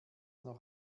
noch